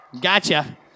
gotcha